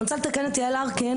אני רוצה לתקן את יעל ארקין,